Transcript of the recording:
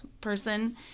person